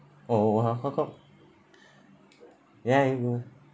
oh oh ah how come ya you go